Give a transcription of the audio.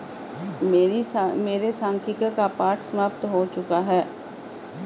मेरे सांख्यिकी का पाठ समाप्त हो चुका है